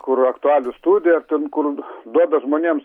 kur aktualijų studija ar ten kur duoda žmonėms